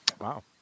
Wow